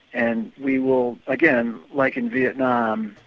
and we will again, like in vietnam,